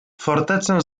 fortecę